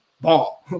ball